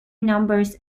numbers